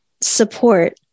support